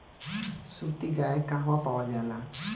सुरती गाय कहवा पावल जाला?